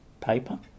paper